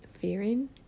fearing